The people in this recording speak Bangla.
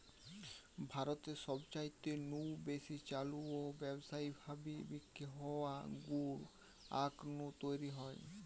ভারতে সবচাইতে নু বেশি চালু ও ব্যাবসায়ী ভাবি বিক্রি হওয়া গুড় আখ নু তৈরি হয়